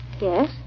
Yes